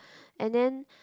and then